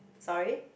sorry